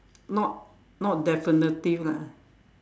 not not definitive lah